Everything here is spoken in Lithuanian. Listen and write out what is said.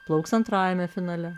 plauks antrajame finale